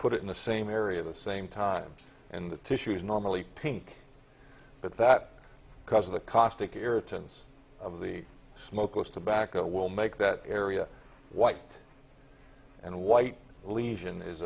put it in the same area the same time and the tissues normally pink but that because of the caustic irritants of the smokeless tobacco will make that area white and white lesion is